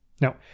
Now